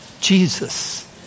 Jesus